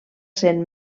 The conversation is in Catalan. sent